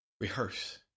rehearse